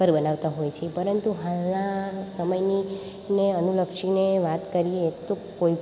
પર બનાવતા હોય છે પરંતુ હાલના સમયની ને અનુલક્ષીને વાત કરીએ તો